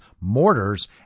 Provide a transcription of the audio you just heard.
mortars